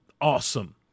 awesome